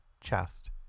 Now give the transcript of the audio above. chest